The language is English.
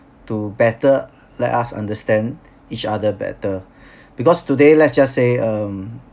to better let us understand each other better because today let's just say um